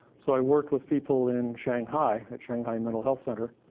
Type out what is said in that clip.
so i worked with people in shanghai, at shanghai mental health center.